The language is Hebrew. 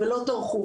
ולא טרחו.